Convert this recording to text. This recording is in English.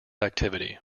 activity